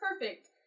perfect